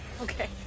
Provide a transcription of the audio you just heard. Okay